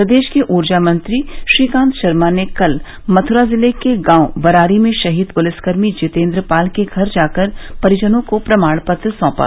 प्रदेश के ऊर्जा मंत्री श्रीकान्त शर्मा ने कल मथुरा जिले के गांव बरारी में शहीद पुलिसकर्मी जितेन्द्र पाल के घर जाकर परिजनों को प्रमाण पत्र सौंपा